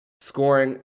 scoring